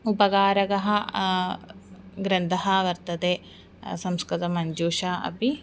उपकारकः ग्रन्थः वर्तते संस्कृतमञ्जूषा अपि